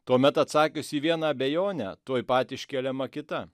tuomet atsakius į vieną abejonę tuoj pat iškeliama kita